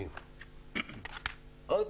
מלמדים את